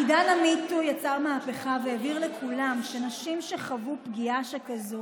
עידן ה-MeToo יצר מהפכה והבהיר לכולם שנשים שחוו פגיעה שכזו